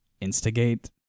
instigate